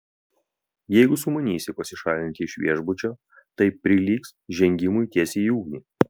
jeigu sumanysi pasišalinti iš viešbučio tai prilygs žengimui tiesiai į ugnį